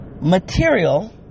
material